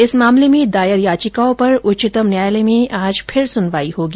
इस मामले में दायर याचिकाओं पर उच्चतम न्यायालय में आज फिर सुनवाई होगी